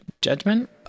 judgment